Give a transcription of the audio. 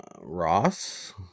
Ross